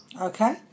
Okay